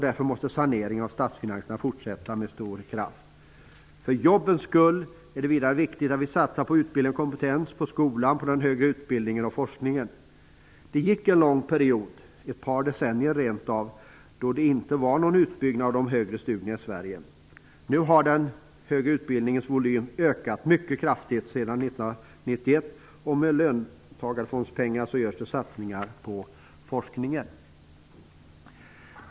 Därför måste saneringen av statsfinanserna fortsätta med stor kraft. För jobbens skull är det också viktigt att satsa på utbildning och kompetens, på skolan, på den högre utbildningen och forskningen. Det gick en lång period -- ett par decennier rent av -- då det inte skedde någon utbyggnad av de högre studierna i Sverige. Nu har den högre utbildningens volym ökat mycket kraftigt sedan 1991, och med löntagarfondspengar görs satsningar på forskningen.